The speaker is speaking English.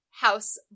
house